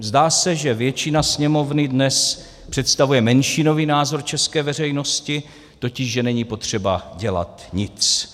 Zdá se, že většina Sněmovny dnes představuje menšinový názor české veřejnosti, totiž že není potřeba dělat nic.